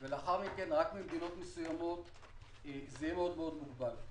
ולאחר מכן רק ממדינות מסוימות זה יהיה מאוד מוגבל.